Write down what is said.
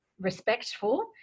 respectful